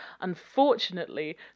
Unfortunately